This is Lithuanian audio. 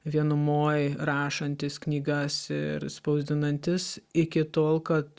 vienumoj rašantis knygas ir spausdinantis iki tol kad